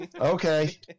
Okay